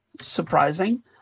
surprising